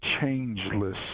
changeless